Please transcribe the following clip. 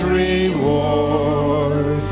reward